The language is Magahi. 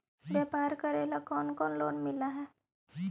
व्यापार करेला कौन कौन लोन मिल हइ?